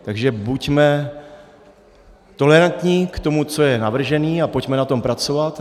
Takže buďme tolerantní k tomu, co je navržené, pojďme na tom pracovat.